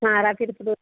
ਸਾਰਾ ਫਿਰ ਫਿਰੋਜ਼ਪੁਰ